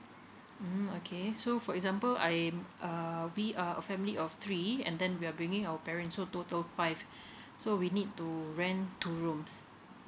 mm okay so for example I uh we are a family of three and then we're bringing our parents so total five so we need to rent two rooms